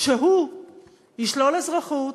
שהוא ישלול אזרחות